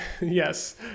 Yes